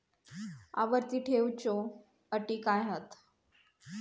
आवर्ती ठेव च्यो अटी काय हत?